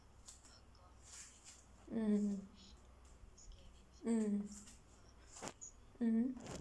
mm mm